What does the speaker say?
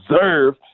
deserve